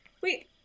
Wait